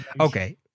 Okay